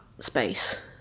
space